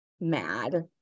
mad